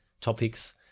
topics